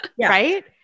right